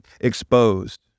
exposed